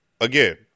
Again